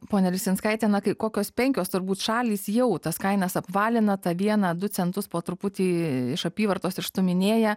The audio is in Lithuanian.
ponia lisinskaite na kai kokios penkios turbūt šalys jau tas kainas apvalina tą vieną du centus po truputį iš apyvartos išstūminėja